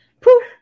poof